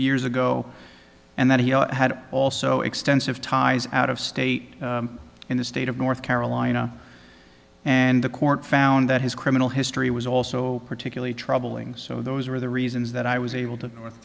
years ago and that he had also extensive ties out of state in the state of north carolina and the court found that his criminal history was also particularly troubling so those were the reasons that i was able to